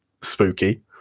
spooky